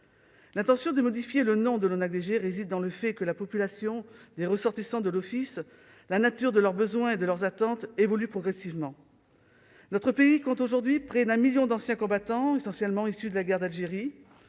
La volonté de modifier le nom de l'ONACVG s'explique par le fait que la population des ressortissants de l'Office ainsi que la nature de leurs besoins et de leurs attentes évoluent progressivement. Notre pays compte aujourd'hui près d'un million d'anciens combattants, essentiellement issus de la guerre d'Algérie.